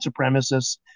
supremacists